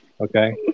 Okay